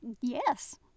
Yes